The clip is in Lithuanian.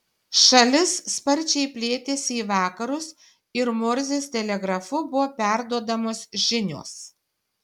šalis sparčiai plėtėsi į vakarus ir morzės telegrafu buvo perduodamos žinios